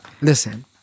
Listen